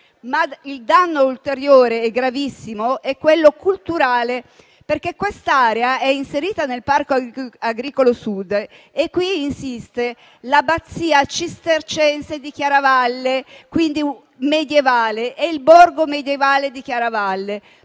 il danno ulteriore e gravissimo è quello culturale, perché quest'area è inserita nel parco agricolo Sud, dove insistono l'abbazia cistercense di Chiaravalle (quindi medievale) e il borgo medievale di Chiaravalle.